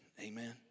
Amen